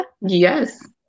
Yes